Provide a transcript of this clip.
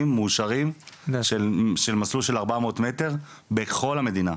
מאושרים של מסלול של ארבע מאות מטר בכל המדינה.